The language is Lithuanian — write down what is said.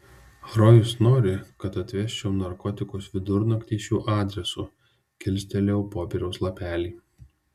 rojus nori kad atvežčiau narkotikus vidurnaktį šiuo adresu kilstelėjau popieriaus lapelį